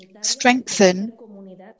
strengthen